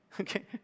Okay